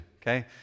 okay